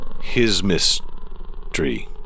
his-mystery